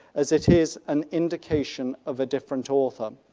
as it is an indication of a different author.